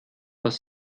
was